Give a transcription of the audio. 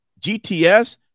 GTS